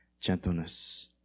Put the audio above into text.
gentleness